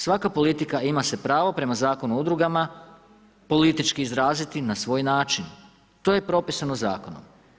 Svaka politika ima se pravo, prema zakonu o udrugama, politički izraziti na svoj način, to je propisano zakonom.